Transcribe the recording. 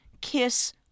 kiss